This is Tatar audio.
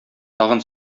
тагын